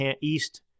East